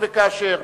אם וכאשר,